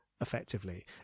effectively